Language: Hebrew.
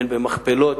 הן במכפלות.